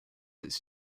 its